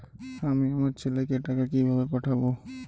আমি আমার ছেলেকে টাকা কিভাবে পাঠাব?